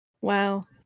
Wow